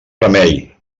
remei